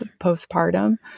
postpartum